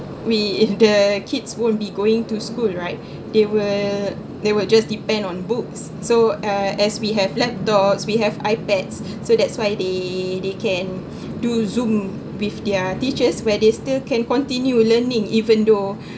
we if the kids won't be going to school right they will they will just depend on books so uh as we have laptops we have ipads so that's why they they can do zoom with their teachers where they still can continue learning even though